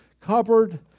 cupboard